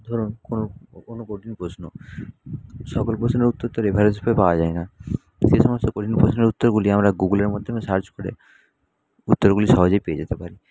ধরুন কোন কোন কঠিন প্রশ্ন সকল প্রশ্নের উত্তর তো রেফারেন্স বইয়ে পাওয়া যায় না সেই সমস্ত কঠিন প্রশ্নের উত্তরগুলি আমরা গুগুলের মাধ্যমে সার্চ করে উত্তরগুলি সহজেই পেয়ে যেতে পারি